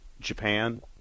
Japan